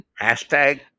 Hashtag